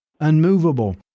unmovable